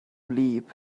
wlyb